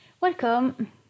Welcome